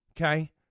Okay